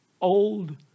old